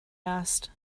asked